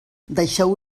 deixeu